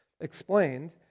explained